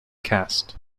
cast